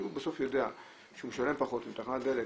כשהוא יודע שהוא משלם פחות בתחנת דלק,